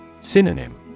synonym